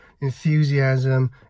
Enthusiasm